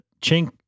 Chink